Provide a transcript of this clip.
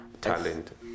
talent